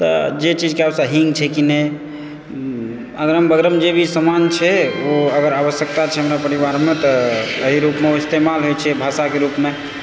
तऽ जे चीजके आवश्यक हींग छै कि नही अगरम बगरम जे भी समान छै ओ अगर आवश्यकता छै हमरा परिवारमे तऽ अही रूपमे ओ इस्तेमाल होइत छै भाषाके रूपमे